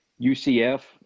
UCF